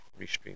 Restream